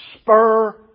Spur